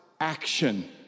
Action